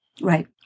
Right